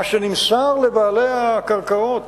מה שנמסר לבעלי הקרקעות